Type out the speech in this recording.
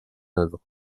œuvre